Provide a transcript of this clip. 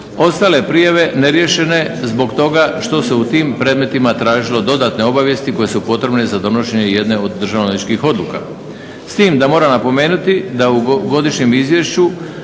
ostale prijave neriješene zbog toga što su se u tim prijavama tražile dodatne obavijesti koje su potrebne za donošenje jedne od državnoodvjetničkih odluka. S tim da moram napomenuti da u godišnjem izvješću